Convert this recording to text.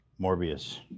Morbius